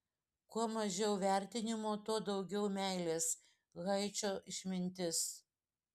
kuo mažiau vertinimo tuo daugiau meilės haičio išmintis